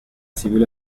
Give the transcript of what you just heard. civil